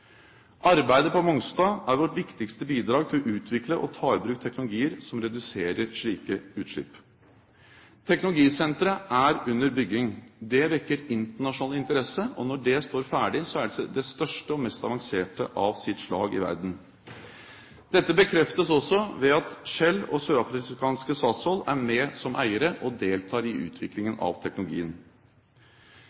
Arbeidet på Mongstad er vårt viktigste bidrag til å utvikle og ta i bruk teknologier som reduserer slike utslipp. Teknologisenteret er under bygging. Det vekker internasjonal interesse, og når det står ferdig, er det det største og mest avanserte av sitt slag i verden. Dette bekreftes også ved at Shell og sørafrikanske Sasol er med som eiere og deltar i utviklingen